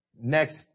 next